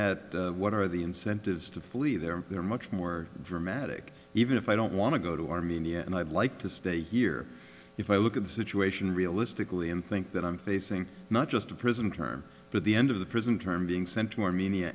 at what are the incentives to flee there they're much more dramatic even if i don't want to go to armenia and i'd like to stay here if i look at the situation realistically and think that i'm facing not just a prison term but the end of the prison term being s